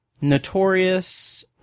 Notorious